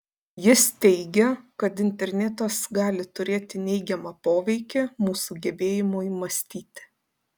jis teigia kad internetas gali turėti neigiamą poveikį mūsų gebėjimui mąstyti